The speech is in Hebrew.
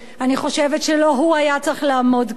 אני חושבת שלא הוא היה צריך לעמוד כאן,